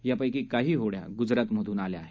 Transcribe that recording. यांपैकी काही होड्या गुजरातमधून आल्या आहेत